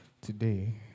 today